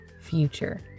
future